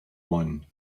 one